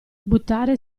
buttare